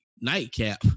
nightcap